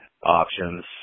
Options